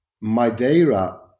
Madeira